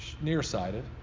nearsighted